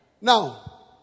Now